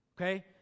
okay